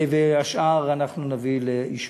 והשאר אנחנו נביא לאישור.